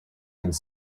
could